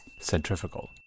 Centrifugal